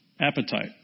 appetite